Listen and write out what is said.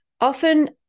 often